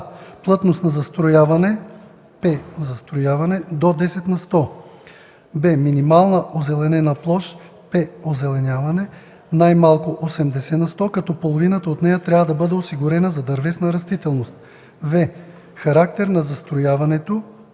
„а) плътност на застрояване (П застр.) – до 10 на сто; б) минимална озеленена площ (П озел.) – най-малко 80 на сто, като половината от нея трябва да бъде осигурена за дървесна растителност; в) характер на застрояването